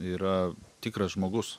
yra tikras žmogus